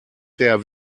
der